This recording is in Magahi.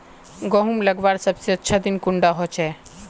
गहुम लगवार सबसे अच्छा दिन कुंडा होचे?